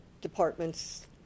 departments